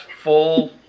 full